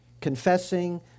confessing